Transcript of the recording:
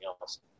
else